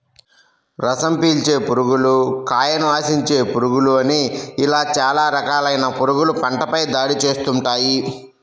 రసం పీల్చే పురుగులు, కాయను ఆశించే పురుగులు అని ఇలా చాలా రకాలైన పురుగులు పంటపై దాడి చేస్తుంటాయి